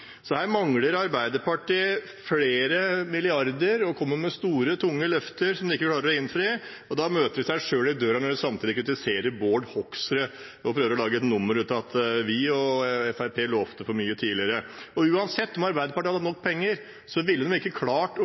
Så her mangler Arbeiderpartiet flere milliarder og kommer med store, tunge løfter som de ikke klarer å innfri. Da møter de seg selv i døra når de samtidig kritiserer representanten Bård Hoksrud og prøver å lage et nummer av at vi og Fremskrittspartiet lovte for mye tidligere. Uansett om Arbeiderpartiet hadde hatt nok penger, ville de ikke klart å